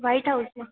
white હઉસમાં